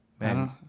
Man